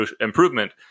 improvement